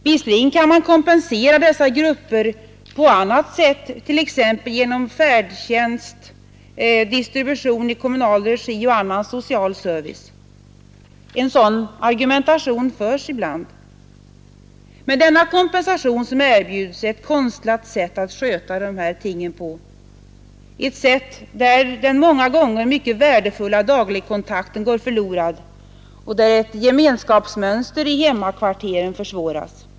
Visserligen kan man kompensera dessa grupper på annat sätt, t.ex. genom färdtjänst, distribution i kommunal regi och annan social service — en sådan argumentation förekommer ibland — men den kompensation som erbjuds är ett konstlat sätt att sköta dessa saker, genom vilket många värdefulla dagligkontakter går förlorade och gemenskapsmönstret i hemmakvarteret försvagas.